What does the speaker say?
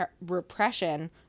repression